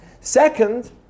Second